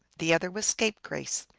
the other was scapegrace.